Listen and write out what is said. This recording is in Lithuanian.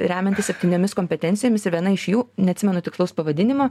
remiantis septyniomis kompetencijomis ir viena iš jų neatsimenu tikslaus pavadinimo